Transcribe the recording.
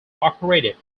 operated